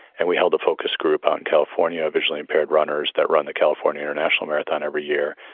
and we held a focus group on california. visually impaired runners that run the california international marathon every year.